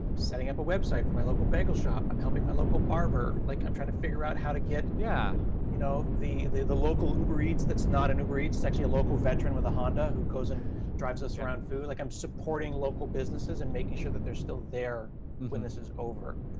setting up a website for my local bagel shop. i'm helping my local barber. like, i'm trying to figure out how to get yeah you know the the local uber eats that's not an uber eats. it's actually a local veteran with a honda who goes and drives us around food. like, i'm supporting local businesses and making sure that they're still there when this is over.